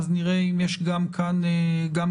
אז נראה אם יש גם כאן התקדמות,